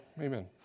Amen